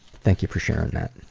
thank you for sharing that.